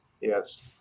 Yes